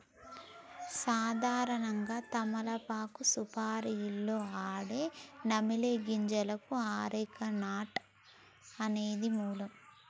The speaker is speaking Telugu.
సాధారణంగా తమలపాకు సుపారీలో ఆడే నమిలే గింజలకు అరెక నట్ అనేది మూలం